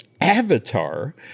Avatar